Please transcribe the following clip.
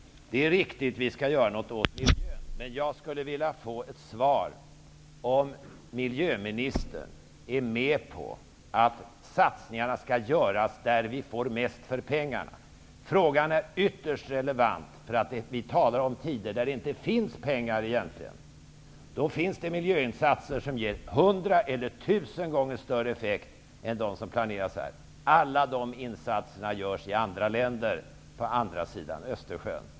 Det är riktigt att vi måste göra något åt miljön. Men jag skulle vilja ha ett svar på frågan om miljöministern är med på att satsningarna skall göras där vi får mest för pengarna. Frågan är ytterst relevant. Vi talar ju om tider då det egentligen inte finns pengar. Det finns dock miljöinsatser som ger hundra eller tusen gånger större effekt än de som planeras här. Alla de insatserna görs i andra länder, på andra sidan Östersjön.